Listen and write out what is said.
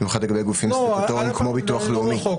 במיוחד לגבי הגופים סטטוטוריים כמו ביטוח לאומי.